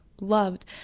loved